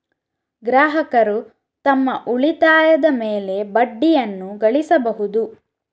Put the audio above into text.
ಗ್ರಾಹಕರು ತಮ್ಮ ಉಳಿತಾಯದ ಮೇಲೆ ಬಡ್ಡಿಯನ್ನು ಗಳಿಸಬಹುದು